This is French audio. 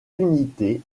unités